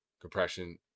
compression